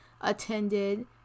attended